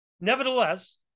Nevertheless